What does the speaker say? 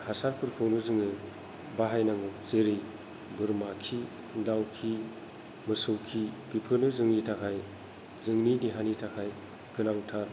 हासारफोरखौनो जोङो बाहायनांगौ जेरै बोरमा खि दाउ खि मोसौ खि बेफोरनो जोंनि थाखाय जोंनि देहानि थाखाय गोनांथार